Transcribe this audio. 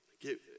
give